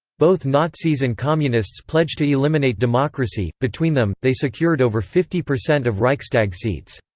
both nazis and communists pledged to eliminate democracy between them, they secured over fifty percent of reichstag seats.